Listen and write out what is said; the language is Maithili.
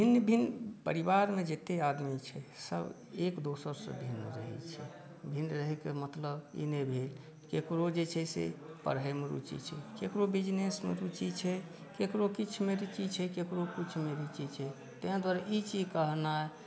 भिन्न भिन्न परिवारमे जतेक आदमी छै सभ एक दोसरसँ भिन्न रहै छै भिन्न रहैक मतलब ई नहि भेल केकरो जे छै से पढ़ैमे रूचि छै केकरो बिजनेस मे रुचि छै केकरो किछु मे रुचि छै केकरो किछुमे रुचि छै ताहि दुआरे ई चीज कहनाइ